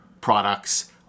products